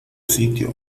sitio